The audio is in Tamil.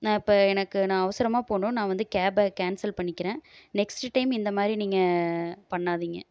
நான் இப்போ எனக்கு நான் அவசரமாக போகணும் நான் வந்து கேப கேன்சல் பண்ணிக்கிறேன் நெக்ஸ்ட்டு டைம் இந்தமாதிரி நீங்கள் பண்ணாதிங்க